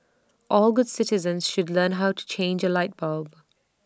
all good citizens should learn how to change A light bulb